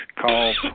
call